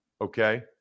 okay